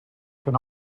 can